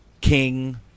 king